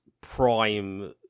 prime